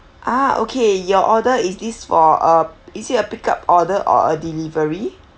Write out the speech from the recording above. ah okay your order is this for uh is it a pick up order or a delivery